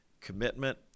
commitment